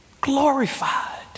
glorified